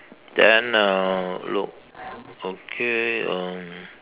then uh look okay um